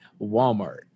Walmart